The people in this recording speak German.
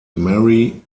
mary